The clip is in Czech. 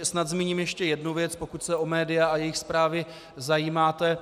Snad zmíním ještě jednu věc, pokud se o média a jejich zprávy zajímáte.